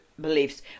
beliefs